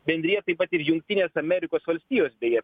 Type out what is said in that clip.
bendrija taip pat ir jungtinės amerikos valstijos beje